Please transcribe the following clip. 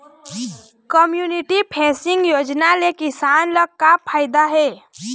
Community facing योजना ले किसान ल का फायदा हे?